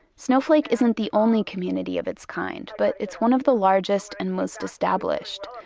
snowflake isn't the only community of its kind. but it's one of the largest and most established.